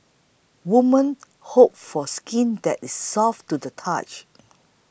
women hope for skin that is soft to the touch